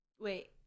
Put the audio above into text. Wait